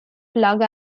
plug